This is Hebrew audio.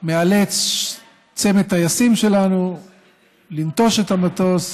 מאלץ צמד טייסים שלנו לנטוש את המסוק,